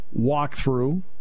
walkthrough